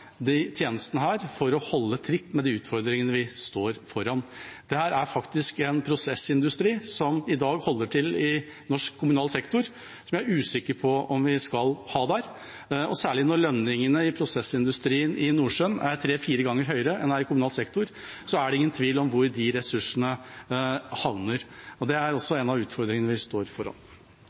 disse tjenestene for å holde tritt med de utfordringene vi står foran. Dette er faktisk en prosessindustri som i dag holder til i norsk kommunal sektor, som vi er usikker på om vi skal ha der. Og særlig når lønningene i prosessindustrien i Nordsjøen er tre–fire ganger høyere enn de er i kommunal sektor, er det ingen tvil om hvor de ressursene havner. Det er også en av de utfordringene vi står foran.